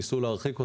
ניסו להרחיק אותם,